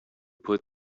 put